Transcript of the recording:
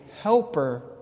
helper